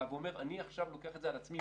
ואומר שהוא עכשיו לוקח את זה על עצמו,